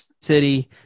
city